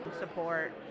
support